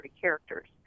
characters